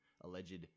alleged